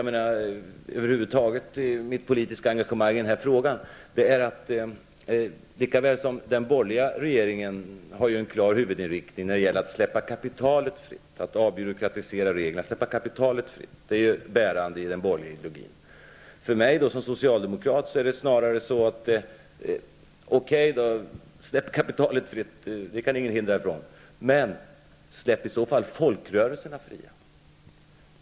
Mitt politiska engagemang i den här frågan är att lika väl som den borgerliga regeringen har en klar huvudinriktning när det gäller att släppa kapitalet fritt och att avbyråkratisera reglerna, som är det bärande i den borgerliga ideologin, är det för mig som socialdemokrat så, att släpp gärna kapitalet fritt. Det kan ingen hindra er från. Men släpp i så fall folkrörelserna fria.